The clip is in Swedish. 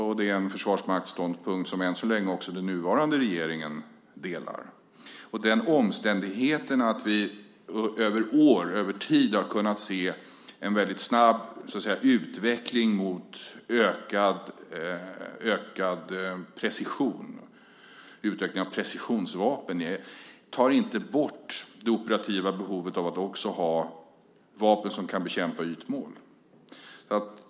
Och det är en försvarsmaktsståndpunkt som än så länge också den nuvarande regeringen delar. Den omständigheten att vi över tid har kunnat se en väldigt snabb utveckling mot en utökning av precisionsvapen tar inte bort det operativa behovet av att också ha vapen som kan bekämpa ytmål.